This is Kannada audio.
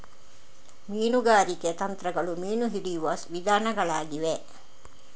ಮೀನುಗಾರಿಕೆ ತಂತ್ರಗಳು ಮೀನು ಹಿಡಿಯುವ ವಿಧಾನಗಳಾಗಿವೆ